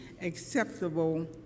acceptable